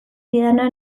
diedana